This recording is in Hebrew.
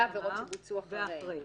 ועבירות שבוצעו אחרי.